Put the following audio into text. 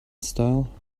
style